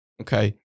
okay